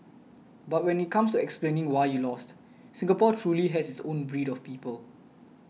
but when it comes to explaining why you lost Singapore truly has its own breed of people